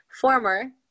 former